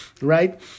right